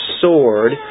sword